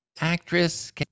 actress